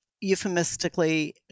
euphemistically